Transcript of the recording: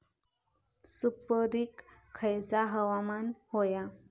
सुपरिक खयचा हवामान होया?